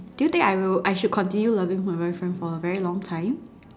do you think I will I should continue loving my boyfriend for a very long time